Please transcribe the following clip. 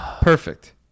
Perfect